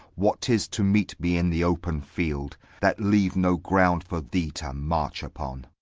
what tis to meet me in the open field, that leave no ground for thee to march upon.